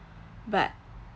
but